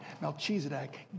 Melchizedek